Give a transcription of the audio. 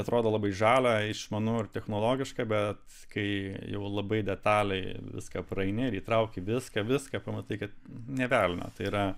atrodo labai žalia išmanau ir technologiška bet kai jau labai detaliai viską praeini ir įtrauki viską viską pamatai kad nė velnio tai yra